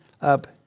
up